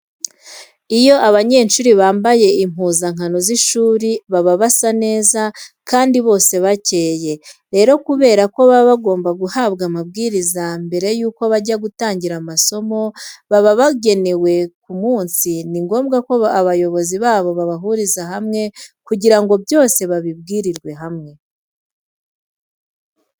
Iyo abanyeshuri bambaye impuzankano z'ishuri baba basa neza kandi bose bakeye. Rero kubera ko baba bagomba guhabwa amabwiriza mbere yuko bajya gutangira amasomo baba bagenewe ku munsi, ni ngombwa ko abayobozi babo babahuriza hamwe kugira ngo byose babibwirirwe hamwe.